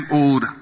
old